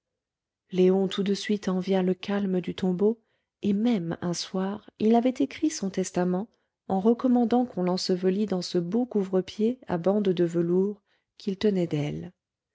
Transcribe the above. léon tout de suite envia le calme du tombeau et même un soir il avait écrit son testament en recommandant qu'on l'ensevelît dans ce beau couvrepied à bandes de velours qu'il tenait d'elle